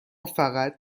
فقط